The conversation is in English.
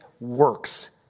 works